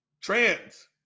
Trans